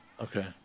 okay